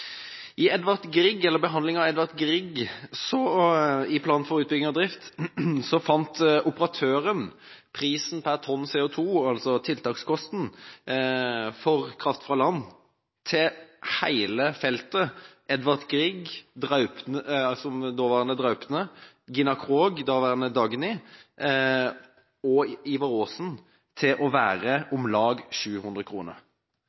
I plan for utbygging og drift av Edvard Grieg fant operatøren prisen per tonn CO2, altså tiltakskosten, for kraft fra land til hele feltet Edvard Grieg, Gina Krog, daværende Dagny, og Ivar Aasen, daværende Draupne, til å være